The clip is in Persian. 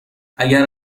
اگر